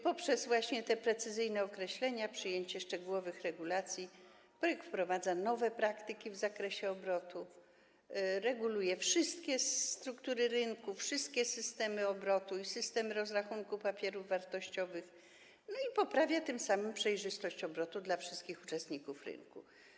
Poprzez te precyzyjne określenia, przyjęcie szczegółowych regulacji projekt wprowadza nowe praktyki w zakresie obrotu, reguluje wszystkie struktury rynku, wszystkie systemy obrotu i system rozrachunku papierów wartościowych, poprawia tym samym przejrzystość obrotu dla wszystkich uczestników rynku.